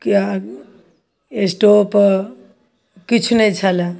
किएककि स्टोव किछु नहि छलय